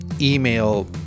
email